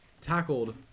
tackled